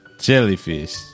Jellyfish